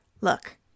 look